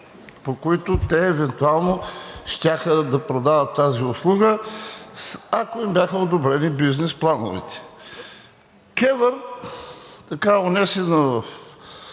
по които те евентуално щяха да продават тази услуга, ако им бяха одобрени бизнес плановете. КЕВР, унесена